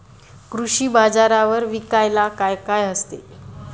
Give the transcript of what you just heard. कृषी बाजारावर विकायला काय काय असते?